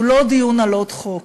הוא לא דיון על עוד חוק.